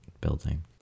building